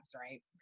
right